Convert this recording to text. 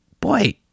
boy